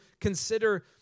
consider